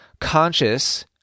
conscious